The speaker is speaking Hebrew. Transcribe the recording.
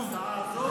הזאת?